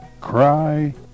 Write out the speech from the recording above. Cry